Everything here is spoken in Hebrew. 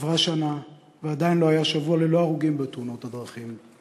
עברה שנה ועדיין לא היה שבוע ללא הרוגים בתאונות הדרכים.